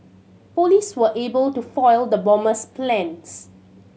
police were able to foil the bomber's plans